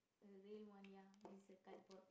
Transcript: a real one ya it's a cardboard